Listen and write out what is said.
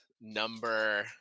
number